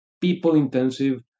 people-intensive